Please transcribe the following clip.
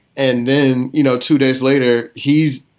and then, you know, two days later, he's,